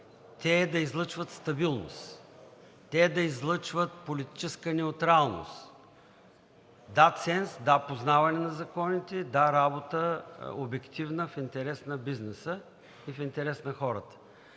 те да излъчват стабилност, те да излъчват политическа неутралност. Да, ценз, да, познаване на законите, да, обективна работа в интерес на бизнеса и в интерес на хората,